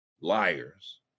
Liars